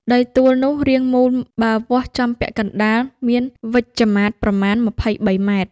ដីទួលនោះរាងមូល បើវាស់ចំពាក់កណ្ដាល មានវិជ្ឈមាត្រប្រមាណ ២៣.០០ម។